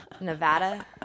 Nevada